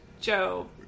Joe